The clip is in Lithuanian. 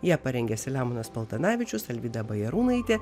ją parengė selemonas paltanavičius alvyda bajarūnaitė